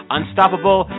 Unstoppable